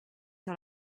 sur